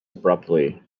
abruptly